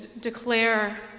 declare